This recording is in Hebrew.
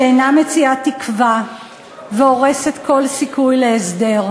שאינה מציעה תקווה והורסת כל סיכוי להסדר.